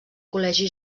col·legi